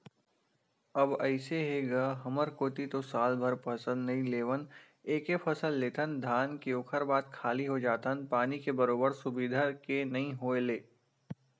अब अइसे हे गा हमर कोती तो सालभर फसल नइ लेवन एके फसल लेथन धान के ओखर बाद खाली हो जाथन पानी के बरोबर सुबिधा के नइ होय ले